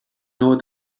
know